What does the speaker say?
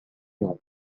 يوم